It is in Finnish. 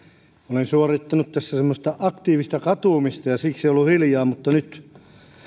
olen suorittanut tässä semmoista aktiivista katumista ja siksi ollut hiljaa mutta nyt